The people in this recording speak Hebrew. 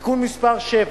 תיקון מס' 7